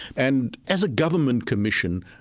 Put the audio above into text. and as a government commission,